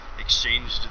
exchanged